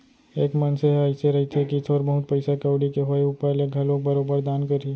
एक मनसे ह अइसे रहिथे कि थोर बहुत पइसा कउड़ी के होय ऊपर ले घलोक बरोबर दान करही